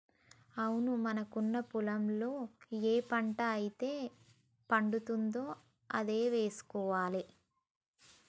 అవును మనకున్న పొలంలో ఏ పంట అయితే పండుతుందో అదే వేసుకోవాలి